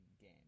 game